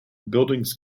buildings